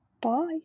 Bye